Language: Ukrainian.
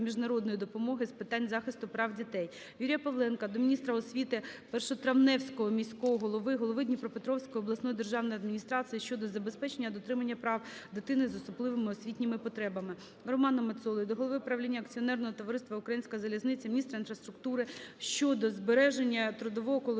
міжнародної допомоги з питань захисту прав дітей. Юрія Павленка до міністра освіти, Першотравенського міського голови, голови Дніпропетровської обласної державної адміністрації щодо забезпечення дотримання прав дитини з особливими освітніми потребами. Романа Мацоли до голови правління акціонерного товариства "Українська залізниця", міністра інфраструктури щодо збереження трудового колективу